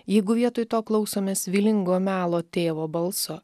jeigu vietoj to klausomės vylingo melo tėvo balso